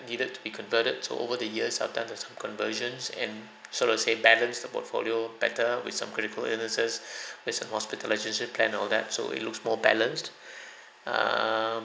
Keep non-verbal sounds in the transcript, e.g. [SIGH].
needed to be converted to over the years I've done the some conversions and sort of say balance the portfolio better with some critical illnesses [BREATH] with some hospitalisation plan and all that so it looks more balanced [BREATH] um